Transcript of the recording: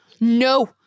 no